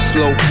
Slow